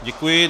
Děkuji.